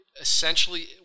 essentially